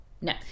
No